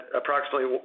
approximately